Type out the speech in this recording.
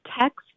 text